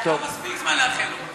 יש מספיק זמן לאחל לו.